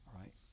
right